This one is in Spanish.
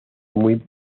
muy